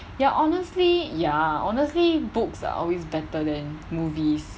ya honestly ya honestly books are always better than movies